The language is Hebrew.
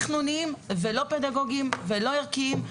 תכנוניים ולא פדגוגיים ולא ערכיים,